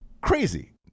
Crazy